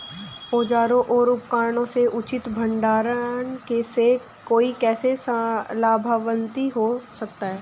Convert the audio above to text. औजारों और उपकरणों के उचित भंडारण से कोई कैसे लाभान्वित हो सकता है?